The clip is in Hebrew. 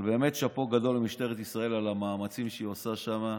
אבל באמת שאפו גדול למשטרת ישראל על המאמצים שהיא עושה שם.